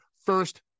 first